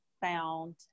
found